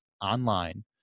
online